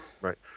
Right